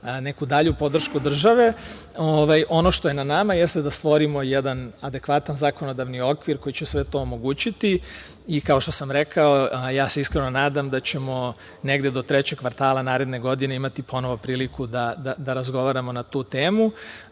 neku dalju podršku države. Ono što je na nama jeste da stvorimo jedan adekvatan zakonodavni okvir koji će sve to omogućiti i, kao što sam rekao, ja se iskreno nadam da ćemo negde do trećeg kvartala naredne godine imati ponovo priliku da razgovaramo na tu